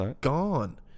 Gone